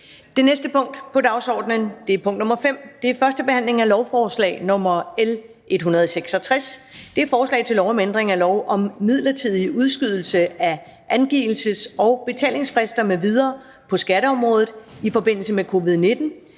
Det næste punkt på dagsordenen er: 5) 1. behandling af lovforslag nr. L 166: Forslag til lov om ændring af lov om midlertidig udskydelse af angivelses- og betalingsfrister m.v. på skatteområdet i forbindelse med covid-19,